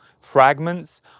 fragments